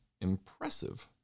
impressive